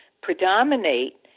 predominate